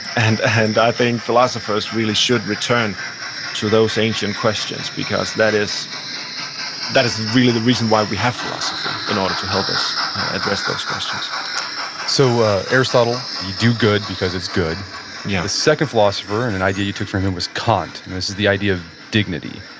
and and i think philosophers really should return to those ancient questions because that is that is really the reason why we have philosophy, in order to help us address those questions so ah aristotle, you do good because it's good. yeah the second philosopher and an idea you took from him was kant and this is the idea of dignity.